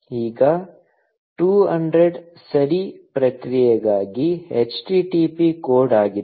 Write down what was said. ಈಗ 200 ಸರಿ ಪ್ರತಿಕ್ರಿಯೆಗಾಗಿ http ಕೋಡ್ ಆಗಿದೆ